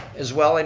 as well, and